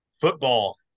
football